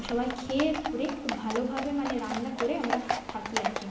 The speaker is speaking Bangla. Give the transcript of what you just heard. সবাই খেয়ে পরে খুব ভালোভাবে মানে রান্না করে আমরা থাকি আর কি